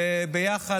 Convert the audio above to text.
שביחד,